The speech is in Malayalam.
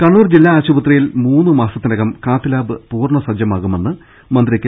കണ്ണൂർ ജില്ലാ ആശുപത്രിയിൽ മൂന്നു മാസത്തിനകം കാത്ത്ലാബ് പൂർണ്ണ സജ്ജമാകുമെന്ന് മന്ത്രി കെ